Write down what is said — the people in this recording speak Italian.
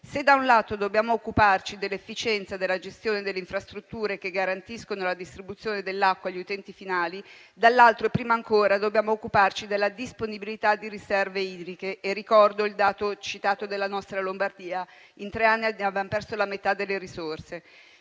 se da un lato, dobbiamo occuparci dell'efficienza della gestione delle infrastrutture, che garantiscono la distribuzione dell'acqua agli utenti finali, dall'altro e prima ancora dobbiamo occuparci della disponibilità di riserve idriche. Ricordo il dato citato della nostra Lombardia: in tre anni abbiamo perso la metà delle risorse.